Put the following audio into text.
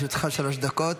בבקשה, לרשותך שלוש דקות.